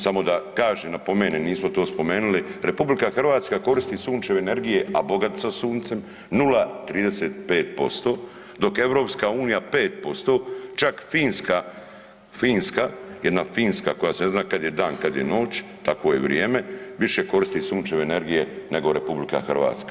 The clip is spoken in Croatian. Samo da kažem, napomenen, nismo to spomenuli, RH koristi sunčeve energije, a bogati smo suncem, 0,35% dok EU 5%, čak Finska, Finska, jedna Finska koja se ne zna kad je dan, kad je noć, takvo je vrijeme, više koristi sunčeve energije nego RH.